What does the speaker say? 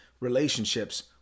relationships